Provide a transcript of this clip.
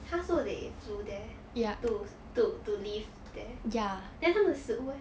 !huh! so they flew there to to to live there then 他们的食物 leh